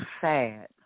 sad